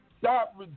Stop